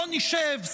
בואו נשב,